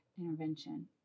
intervention